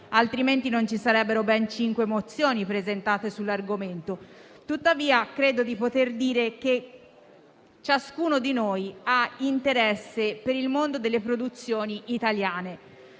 altrimenti non sarebbero state presentate ben cinque mozioni sull'argomento. Tuttavia, credo di poter dire che ciascuno di noi ha interesse per il mondo delle produzioni italiane.